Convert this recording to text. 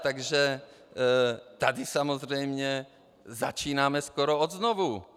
Takže tady samozřejmě začínáme skoro od znovu.